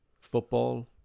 football